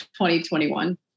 2021